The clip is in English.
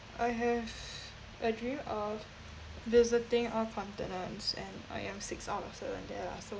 I have a dream of visiting all continents and I am six out of seven there lah so